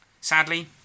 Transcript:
sadly